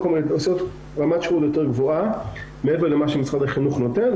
רוצים רמת שירות יותר גבוהה מעבר למה שמשרד החינוך נותן.